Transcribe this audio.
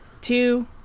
two